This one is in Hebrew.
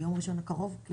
ביום ראשון הקרוב?